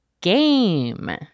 GAME